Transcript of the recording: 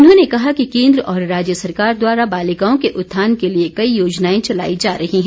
उन्होंने कहा कि केन्द्र और राज्य सरकार द्वारा बालिकाओं के उत्थान के लिए कई योजनाएं चलाई जा रही हैं